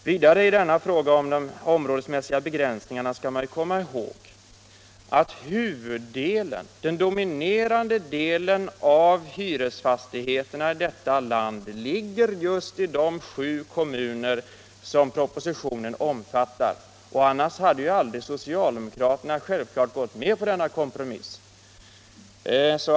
Vidare skall man i fråga om den områdesmässiga begränsningen komma ihåg att den dominerande delen av hyresfastigheterna i detta land ligger just i de sju kommuner som propositionen omfattar. Annars hade 159 naturligtvis socialdemokraterna aldrig gått med på denna kompromiss.